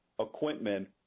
equipment